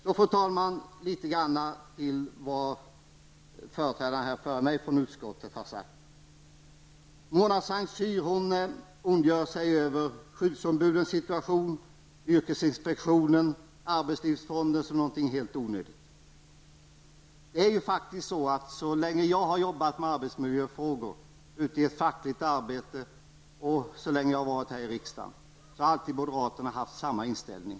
Så, fru talman, några kommentarer till vad utskottsrepresentanter före mig har sagt. Mona Saint Cyr ondgör sig över skyddsombudens situation och tycker att yrkesinspektionen och arbetslivsfonden är någonting helt onödigt. Så länge jag har arbetat med arbetsmiljöfrågor i fackligt arbete och under min tid i riksdagen har moderaterna haft samma inställning.